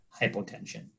hypotension